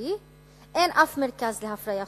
המערבי אין אף מרכז להפריה חוץ-גופית.